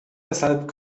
deshalb